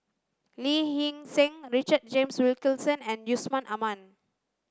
Lee Hee Seng Richard James Wilkinson and Yusman Aman